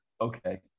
Okay